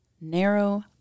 narrow